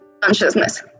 consciousness